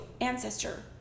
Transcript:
ancestor